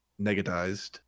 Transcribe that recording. negatized